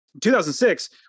2006